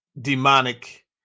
demonic